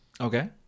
Okay